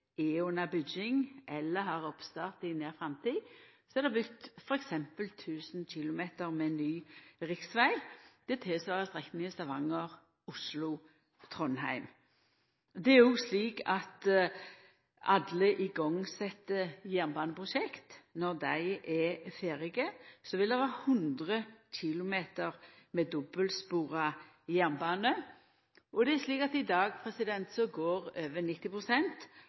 er under bygging, eller har oppstart i nær framtid, er det bygd f.eks. 1 000 km med ny riksveg – det svarar til strekninga Stavanger–Oslo–Trondheim. Det er òg slik at når alle igangsette jernbaneprosjekt er ferdige, vil det vera 100 km med dobbeltspora jernbane. Og det er slik at i dag går over